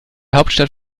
hauptstadt